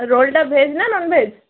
roll ଟା veg ନା non veg